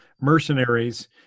mercenaries